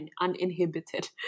uninhibited